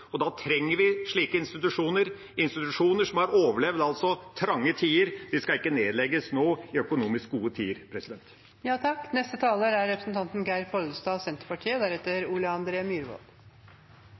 og da trenger vi slike institusjoner. Institusjoner som har overlevd trange tider, skal ikke nedlegges nå, i økonomisk gode tider. Forslaget om å leggja ned forskingsstasjonen på Løken er